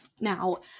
Now